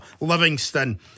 Livingston